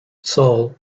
saul